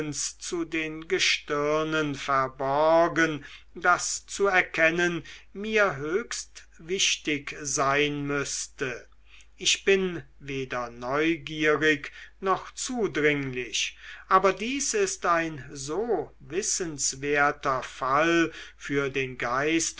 zu den gestirnen verborgen das zu erkennen mir höchst wichtig sein müßte ich bin weder neugierig noch zudringlich aber dies ist ein so wissenswerter fall für den geist